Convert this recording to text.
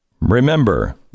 Remember